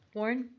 warren?